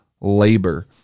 labor